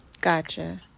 Gotcha